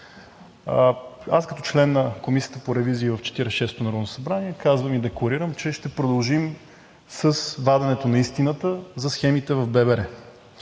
Аз като член на Комисията по ревизии в 46-ото народно събрание казвам и декларирам, че ще продължим с ваденето на истината за схемите в ББР,